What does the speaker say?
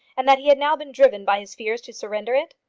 and that he had now been driven by his fears to surrender it?